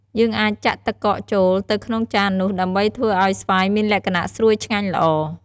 យើងអាចចាក់ទឹកកកចូលទៅក្នុងចាននោះ ដើម្បីធ្វើឲ្យស្វាយមានលក្ខណៈស្រួយឆ្ងាញ់ល្អ។